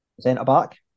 centre-back